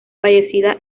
fallecida